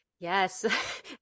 Yes